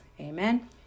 Amen